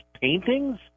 paintings